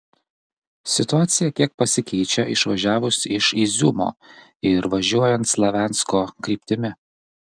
situacija kiek pasikeičia išvažiavus iš iziumo ir važiuojant slaviansko kryptimi